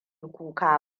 kuka